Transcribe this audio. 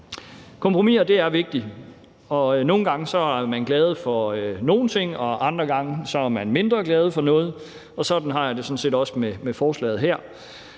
Kompromiser er vigtige. Nogle gange er man glad for nogle ting, og andre gange er man mindre glad for noget, og sådan har jeg det sådan set også med forslaget her.